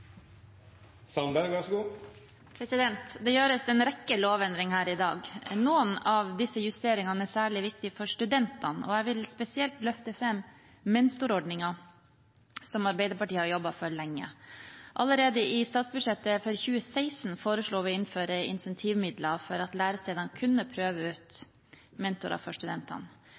særlig viktig for studentene, og jeg vil spesielt løfte fram mentorordningen, som Arbeiderpartiet har jobbet for lenge. Allerede i forbindelse med statsbudsjettet for 2016 foreslo vi å innføre incentivmidler for at lærestedene kunne prøve ut mentorer for studentene.